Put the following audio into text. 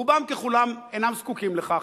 רובם ככולם אינם זקוקים לכך.